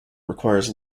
requires